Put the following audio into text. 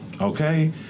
Okay